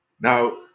Now